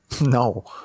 no